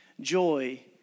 Joy